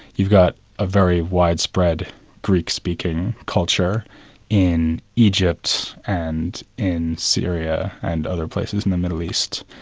you've got a very widespread greek speaking culture in egypt and in syria and other places in the middle east.